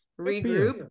regroup